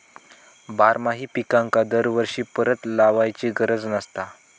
बारमाही पिकांका दरवर्षी परत लावायची गरज नसता